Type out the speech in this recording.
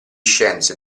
scienze